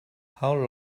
how